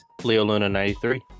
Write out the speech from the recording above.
LeoLuna93